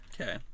Okay